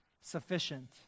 sufficient